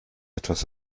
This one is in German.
etwas